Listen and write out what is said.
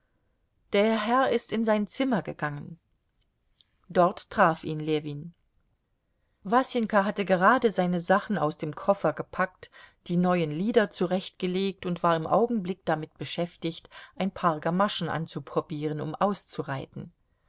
der herr ist in sein zimmer gegangen dort traf ihn ljewin wasenka hatte gerade seine sachen aus dem koffer gepackt die neuen lieder zurechtgelegt und war im augenblick damit beschäftigt ein paar gamaschen anzuprobieren um auszureiten